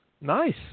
Nice